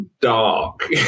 dark